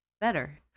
better